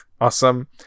Awesome